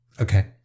Okay